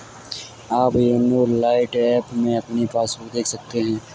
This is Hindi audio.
आप योनो लाइट ऐप में अपनी पासबुक देख सकते हैं